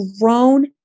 grown